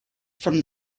from